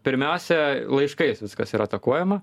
pirmiausia laiškais viskas yra atakuojama